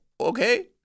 okay